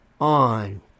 on